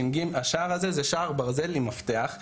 השער הזה זה שער ברזל עם מפתח.